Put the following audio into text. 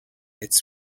its